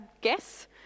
guess